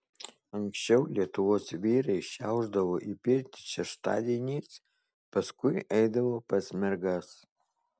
anksčiau lietuvos vyrai šiaušdavo į pirtį šeštadieniais paskui eidavo pas mergas